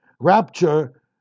rapture